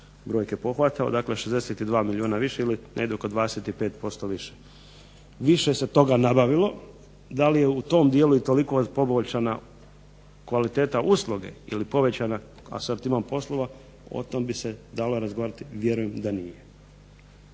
brojke pohvatao, dakle 62 milijuna više negdje oko 25% više. Više se toga nabavilo. DA li je u tom dijelu i toliko poboljšana kvaliteta usluga ili povećana asortiman poslova o tome bi se dalo razgovarati vjerujem da nije.